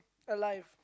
alive